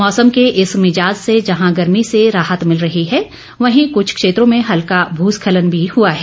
मौसम के इस मिजाज से जहां गर्मी से राहत मिल रही है वहीं कुछ क्षेत्रों में हल्का भूस्खलन भी हुआ है